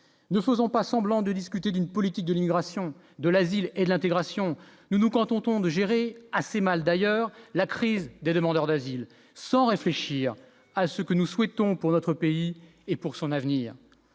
ne faisons pas semblant de discuter d'une politique de l'immigration de l'asile et l'intégration, nous comptons de gérer assez mal d'ailleurs, la crise des demandeurs d'asile sans réfléchir à ce que nous souhaitons pour notre pays et pour son avenir,